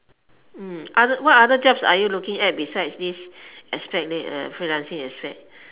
mm other what other jobs are you looking at beside this aspect freelancing aspect